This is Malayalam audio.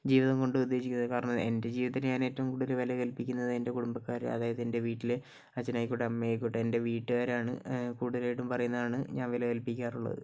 ജീവിതം കൊണ്ട് ഉദ്ദേശിക്കുന്നത് കാരണം എൻ്റെ ജീവിതത്തിന് ഞാൻ ഏറ്റവും കൂടുതൽ വിലകല്പിക്കുന്നത് എൻ്റെ കുടുംബക്കാര് അതായത് എൻ്റെ വീട്ടില് അച്ഛനായിക്കോട്ടെ അമ്മയായിക്കോട്ടെ എൻ്റെ വീട്ടുകാരാണ് കൂടുതലായിട്ടും പറയുന്നതാണ് ഞാൻ വില കൽപ്പിക്കാറുള്ളത്